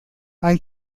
ein